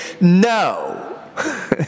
no